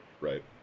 Right